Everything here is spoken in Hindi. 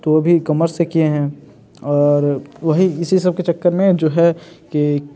तो वो भी कॉमर्स से किए हैं और वही इसी सब के चक्कर में जो है कि